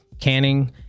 canning